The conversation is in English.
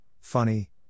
funny